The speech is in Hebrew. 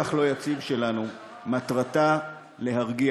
מנהיגות במרחב הכל-כך לא יציב שלנו, מטרתה להרגיע,